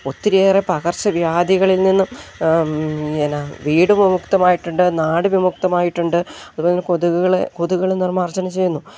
ഒത്തിരിയേറെ പകർച്ച വ്യാധികളിൽ നിന്നും ഇങ്ങനെ വീട് വിമുക്തമായിട്ടുണ്ട് നാട് വിമുക്തമായിട്ടുണ്ട് അതു പോലെ തന്നെ കൊതുകുകളെ കൊതുകുകളെ നിർമ്മാർജ്ജനം ചെയ്യുന്നു